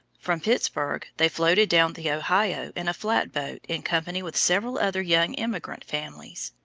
from pittsburg they floated down the ohio in a flatboat in company with several other young emigrant families.